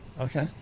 okay